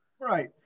Right